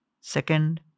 Second